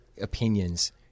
opinions